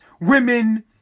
women